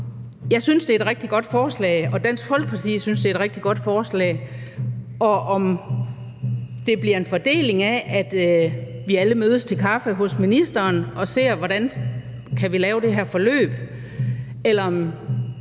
jeg synes, at det er et rigtig godt forslag, og Dansk Folkeparti synes, at det er et rigtig godt forslag. Og om forløbet det bliver fordelt sådan, at vi alle mødes til kaffe hos ministeren og ser, hvordan vi kan lave det her forløb, eller om